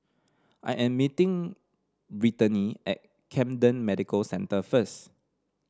I am meeting Brittanie at Camden Medical Centre first